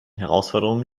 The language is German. herausforderungen